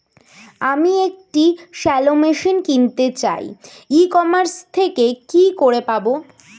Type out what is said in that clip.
আমি একটি shallow machine কিনতে চাই ই কমার্স থেকে কি করে পাবো?